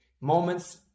moments